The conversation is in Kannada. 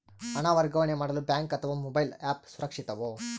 ಹಣ ವರ್ಗಾವಣೆ ಮಾಡಲು ಬ್ಯಾಂಕ್ ಅಥವಾ ಮೋಬೈಲ್ ಆ್ಯಪ್ ಸುರಕ್ಷಿತವೋ?